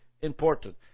important